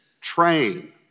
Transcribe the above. train